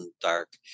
dark